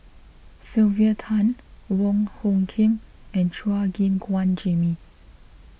Sylvia Tan Wong Hung Khim and Chua Gim Guan Jimmy